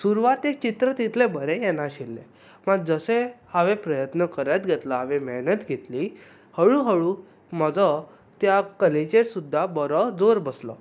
सुरवातेक चीत्र तितलें बरें येनाशिल्लें पूण जशें हांवें प्रयत्न करत गेलो हांवें मेहनत घेतली हळू हळू म्हजो त्या कलेचेर सुद्दां बरो जोर बसलो